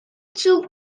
zug